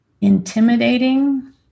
intimidating